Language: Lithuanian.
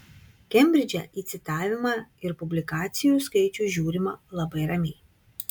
kembridže į citavimą ir publikacijų skaičių žiūrima labai ramiai